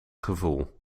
gevoel